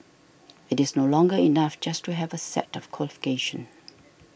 it is no longer enough just to have a set of qualifications